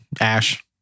ash